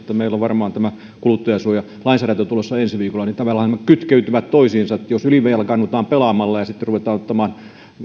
meillä on varmaan kuluttajansuojalainsäädäntö tulossa ensi viikolla niin tavallaanhan nämä kytkeytyvät toisiinsa että jos ylivelkaannutaan pelaamalla ja sitten ruvetaan ottamaan